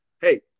Hey